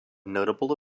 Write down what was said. notable